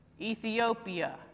Ethiopia